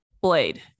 blade